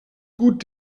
gut